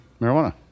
marijuana